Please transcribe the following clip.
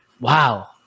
Wow